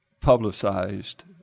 publicized